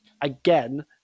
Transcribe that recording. again